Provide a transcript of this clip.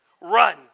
Run